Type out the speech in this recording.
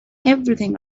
everything